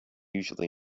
usually